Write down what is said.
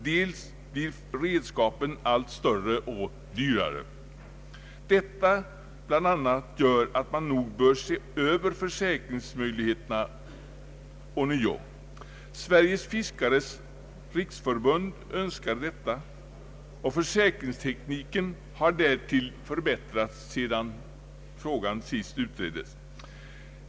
Dels blir redskapen allt större och dyrare. Detta bl.a. gör att man ånyo bör se över försäkringsmöjligheterna. Sveriges fiskares riksförbund önskar detta, och försäkringstekniken har därtill förbättrats sedan frågan senast utreddes.